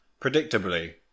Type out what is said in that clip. Predictably